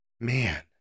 man